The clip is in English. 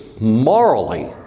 morally